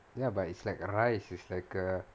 ya but it's like rice it's like a